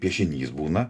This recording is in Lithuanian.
piešinys būna